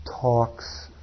talks